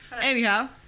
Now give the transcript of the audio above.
anyhow